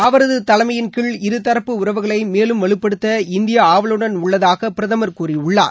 அவரது தலைமையில் கீழ் இரு தரப்பு உறவுகளை மேலும் வலுப்படுத்த இந்தியா ஆவலுடன் உள்ளதாக பிரதமர் கூறியுள்ளார்